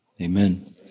Amen